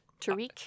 Tariq